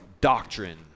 doctrine